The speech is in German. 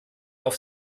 auf